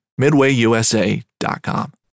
midwayusa.com